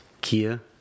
Kia